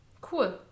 Cool